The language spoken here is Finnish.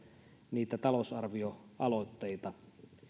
niitä talousarvioaloitteita